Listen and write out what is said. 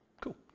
Cool